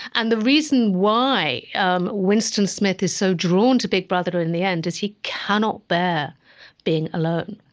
and the reason why um winston smith is so drawn to big brother in the end is he cannot bear being alone.